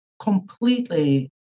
completely